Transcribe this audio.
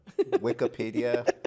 Wikipedia